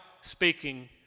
speaking